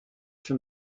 from